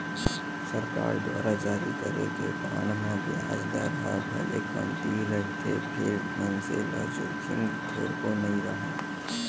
सरकार दुवार जारी करे गे बांड म बियाज दर ह भले कमती रहिथे फेर मनसे ल जोखिम थोरको नइ राहय